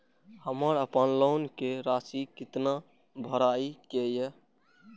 हमर अपन लोन के राशि कितना भराई के ये?